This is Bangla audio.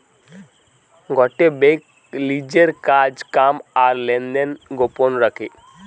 গটে বেঙ্ক লিজের কাজ কাম আর লেনদেন গোপন রাখে